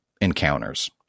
encounters